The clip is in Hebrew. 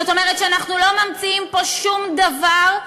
זאת אומרת שאנחנו לא ממציאים פה שום דבר,